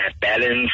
balance